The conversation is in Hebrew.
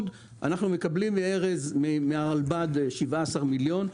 אנחנו מקבלים מהרלב"ד 17 מיליון,